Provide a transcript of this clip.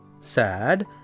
Sad